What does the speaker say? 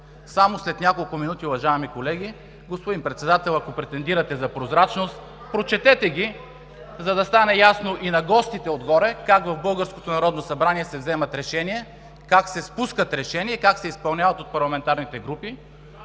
Само след няколко минути, уважаеми колеги… Господин Председател, ако претендирате за прозрачност, прочетете ги, за да стане ясно и на гостите отгоре как в българското Народно събрание се вземат решения, как се спускат решения и как се изпълняват от парламентарните групи,